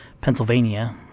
Pennsylvania